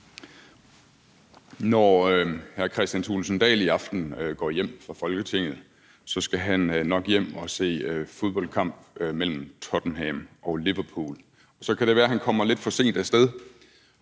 Når hr. Kristian Thulesen Dahl i aften går hjem fra Folketinget, så skal han nok hjem og se fodboldkamp mellem Tottenham og Liverpool, og så kan det være, han kommer lidt for sent af sted,